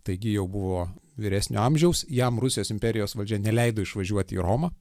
taigi jau buvo vyresnio amžiaus jam rusijos imperijos valdžia neleido išvažiuoti į romą